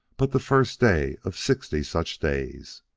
but the first day of sixty such days.